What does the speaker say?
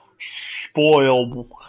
Spoil